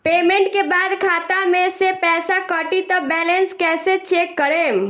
Payment के बाद खाता मे से पैसा कटी त बैलेंस कैसे चेक करेम?